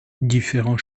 différents